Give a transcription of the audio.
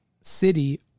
city